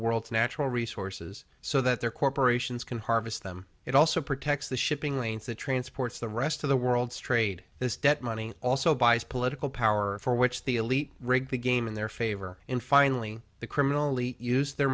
world's natural resources so that their corporations can harvest them it also protects the shipping lanes the transports the rest of the world's trade this debt money also buys political power for which the elite rigged the game in their favor in finally the criminally use their